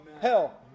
hell